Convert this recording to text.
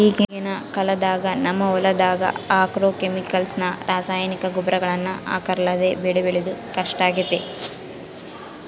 ಈಗಿನ ಕಾಲದಾಗ ನಮ್ಮ ಹೊಲದಗ ಆಗ್ರೋಕೆಮಿಕಲ್ಸ್ ನ ರಾಸಾಯನಿಕ ಗೊಬ್ಬರಗಳನ್ನ ಹಾಕರ್ಲಾದೆ ಬೆಳೆ ಬೆಳೆದು ಕಷ್ಟಾಗೆತೆ